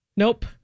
Nope